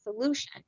solution